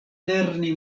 lerni